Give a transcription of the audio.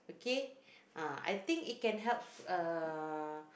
okay ah I think it can help uh